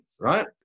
right